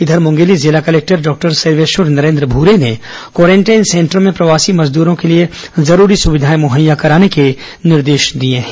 इधर मुंगेली जिला collector doctor Sarveshwar Narendra Bhure ने क्वारेंटाइन सेंटरों में प्रवासी मजदूरो के लिए जरूरी सुविधाएं मुहैया कराने के निर्देश दिए हैं